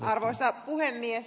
arvoisa puhemies